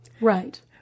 Right